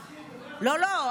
תתחילי לדבר, לא, לא.